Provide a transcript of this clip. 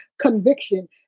conviction